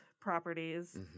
properties